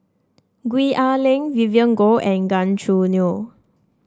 Gwee Ah Leng Vivien Goh and Gan Choo Neo